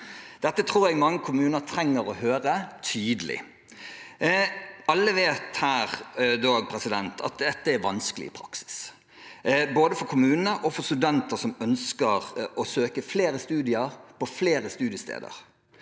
Dette tror jeg mange kommuner trenger å høre tydelig. Alle her vet at dette er vanskelig i praksis for både kommunene og studenter som ønsker å søke flere studier på flere studiesteder.